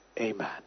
Amen